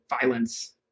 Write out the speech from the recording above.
violence